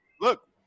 look